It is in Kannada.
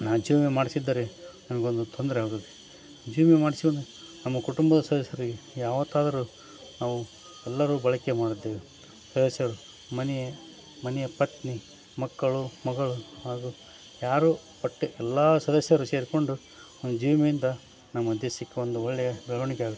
ನಾವು ಜೀವ ವಿಮೆ ಮಾಡಿಸಿದ್ದರೆ ನನಗೊಂದು ತೊಂದರೆ ಆಗೋದು ಜೀವ ವಿಮೆ ಮಾಡ್ಸಿರೋದು ನಮ್ಮ ಕುಟುಂಬದ ಸದಸ್ಯರಿಗೆ ಯಾವತ್ತಾದರೂ ನಾವು ಎಲ್ಲರೂ ಬಳಕೆ ಮಾಡುತ್ತೇವೆ ಸದಸ್ಯರು ಮನೆಯ ಮನೆಯ ಪತ್ನಿ ಮಕ್ಕಳು ಮಗಳು ಹಾಗೂ ಯಾರೂ ಒಟ್ಟು ಎಲ್ಲ ಸದಸ್ಯರು ಸೇರಿಕೊಂಡು ಒಂದು ಜೀವ ವಿಮೆಯಿಂದ ನಮ್ಮಂತೆ ಸಿಕ್ಕ ಒಂದು ಒಳ್ಳೆಯ ಬೆಳವಣಿಗೆ ಆಗುತ್ತ